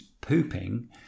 pooping